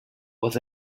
was